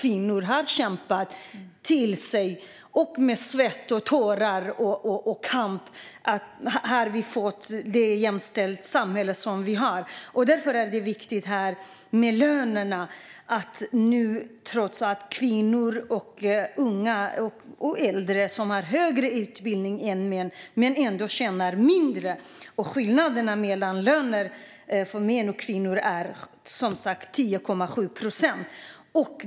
Genom kvinnors kamp med svett och tårar har vi fått det jämställda samhälle som vi har. Kvinnor, både unga och äldre, som har högre utbildning än män tjänar ändå mindre. Skillnaden i lön för män och kvinnor är som sagt 10,7 procent.